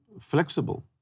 flexible